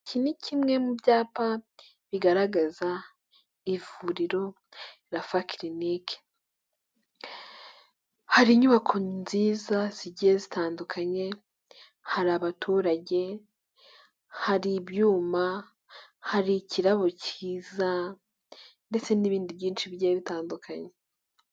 Iki ni kimwe mu byapa bigaragaza ivuriro Rafa kirinike, hari inyubako nziza zigiye zitandukanye, hari abaturage, hari ibyuma, hari ikirabo kiza ndetse n'ibindi byinshi bigiye bitandukanye.